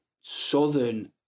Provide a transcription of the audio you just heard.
southern